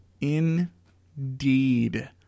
Indeed